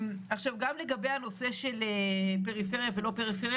גם לגבי הנושא של פריפריה ולא פריפריה.